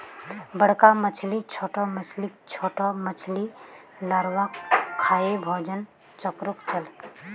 बड़का मछली छोटो मछलीक, छोटो मछली लार्वाक खाएं भोजन चक्रोक चलः